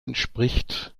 entspricht